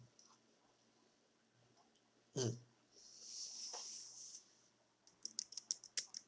mm